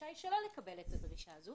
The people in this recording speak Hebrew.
ורשאי שלא לקבל את הדרישה הזו